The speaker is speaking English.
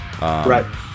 right